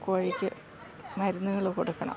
കോഴിക്ക് മരുന്നുകൾ കൊടുക്കണം